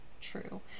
true